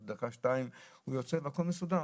דקה, שתיים, הוא יוצא והכל מסודר.